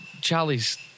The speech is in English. Charlie's